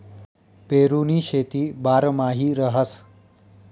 पेरुनी शेती बारमाही रहास